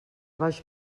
baix